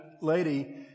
lady